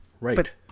Right